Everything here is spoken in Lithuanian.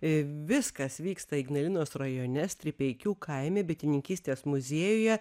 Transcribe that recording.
viskas vyksta ignalinos rajone stripeikių kaime bitininkystės muziejuje